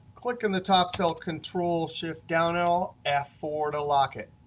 click in the top cell control-shift down arrow f four to lock it,